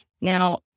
Now